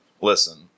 Listen